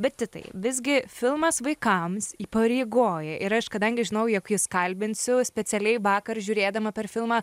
bet titai visgi filmas vaikams įpareigoja ir aš kadangi žinau jog jus kalbinsiu specialiai vakar žiūrėdama per filmą